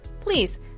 Please